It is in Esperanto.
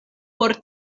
por